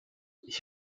ich